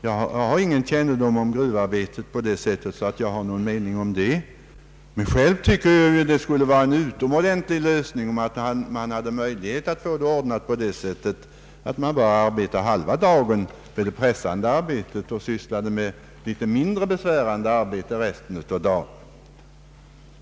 Jag känner alltså inte till förhållandena vid gruvarbete, men jag tror det skulle vara en utomordentlig lösning om man bara arbetade halva dagen med det pressande arbetet och sysslade med mindre besvärande arbete resten av dagen.